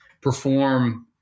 perform